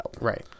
Right